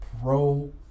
pro